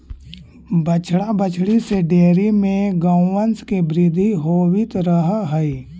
बछड़ा बछड़ी से डेयरी में गौवंश के वृद्धि होवित रह हइ